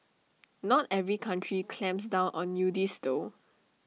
not every country clamps down on nudists though